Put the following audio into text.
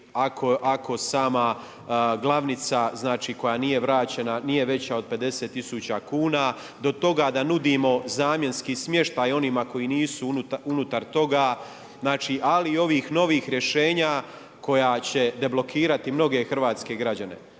ako sama glavnica, znači koja nije veća od 50 tisuća kuna, do toga da nudimo zamjenski smještaj onima koji nisu unutar toga. Znači ali i ovih novih rješenja koja će deblokirati mnoge hrvatske građane.